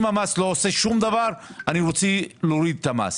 אם המס לא עושה שום דבר, אני רוצה להוריד אותו.